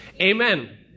Amen